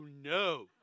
no